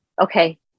Okay